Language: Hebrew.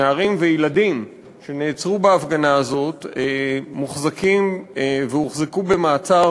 נערים וילדים שנעצרו בהפגנה הזאת מוחזקים והוחזקו במעצר